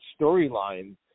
storyline